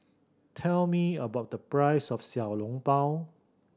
tell me about the price of Xiao Long Bao